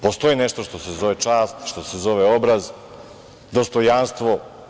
Postoji nešto što se zove čast, što se zove obraz, dostojanstvo.